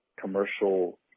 commercial